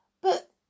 But